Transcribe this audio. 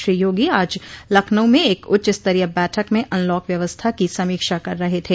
श्री योगी आज लखनऊ में एक उच्चस्तरीय बैठक में अनलॉक व्यवस्था की समीक्षा कर रहे थे